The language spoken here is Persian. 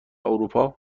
اروپا